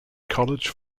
college